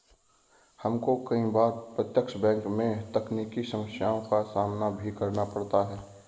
हमको कई बार प्रत्यक्ष बैंक में तकनीकी समस्याओं का सामना भी करना पड़ता है